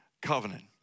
Covenant